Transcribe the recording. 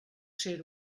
ser